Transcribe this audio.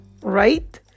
right